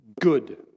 good